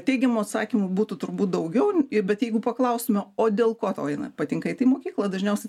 teigiamų atsakymų būtų turbūt daugiau jei bet jeigu paklaustume o dėl ko tau jinai patinka eit į mokyklą dažniausiai